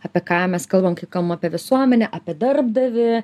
apie ką mes kalbam kai kalbam apie visuomenę apie darbdavį